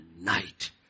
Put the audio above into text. night